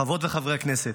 חברות וחברי הכנסת,